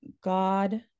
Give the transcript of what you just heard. God